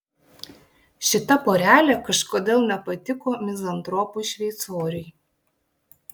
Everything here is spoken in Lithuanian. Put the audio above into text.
šita porelė kažkodėl nepatiko mizantropui šveicoriui